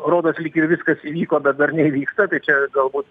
rodos lyg viskas įvyko bet dar neįvyksta tai čia galbūt